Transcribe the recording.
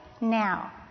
now